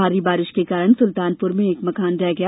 भारी बारिश के कारण सुल्तानपुर में एक मकान ढह गया